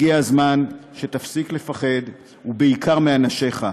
הגיע הזמן שתפסיק לפחד, ובעיקר מאנשיך.